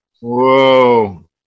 Whoa